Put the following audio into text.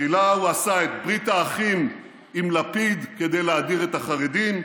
תחילה הוא עשה את ברית האחים עם לפיד כדי להדיר את החרדים,